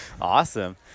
awesome